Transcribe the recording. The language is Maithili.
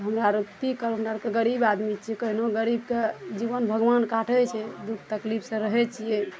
हमरा आरु की कहू हमरा आरके गरीब आदमी छी कहिनो गरीबके जीबन भगवान काटै छै दुःख तकलीफ सऽ रहै छियै